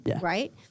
right